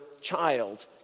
child